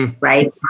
Right